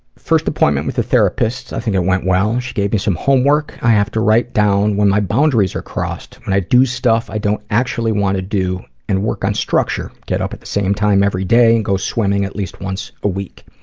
first appointment with a therapist, i think it went well. she gave me some homework. i have to write down when my boundaries are crossed, when i do stuff i don't actually want to do, and work on structure, get up at the same time every day, and go swimming at least once a week.